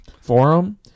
forum